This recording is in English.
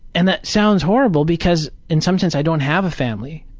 and that sounds horrible because in some sense i don't have a family.